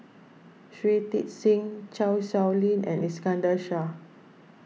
Shui Tit Sing Chan Sow Lin and Iskandar Shah